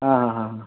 ಹಾಂ ಹಾಂ ಹಾಂ ಹಾಂ